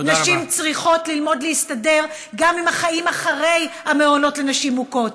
נשים צריכות ללמוד להסתדר גם עם החיים אחרי המעונות לנשים מוכות,